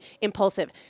impulsive